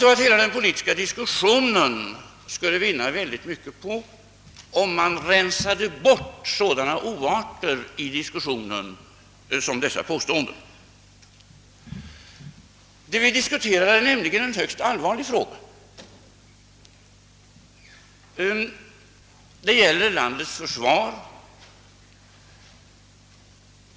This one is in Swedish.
Hela den politiska diskussionen skulle vinna mycket på om man rensade bort sådana oarter som dessa påståenden. Det vi diskuterar är nämligen en högst allvarlig fråga. Det gäller landets försvar.